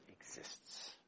exists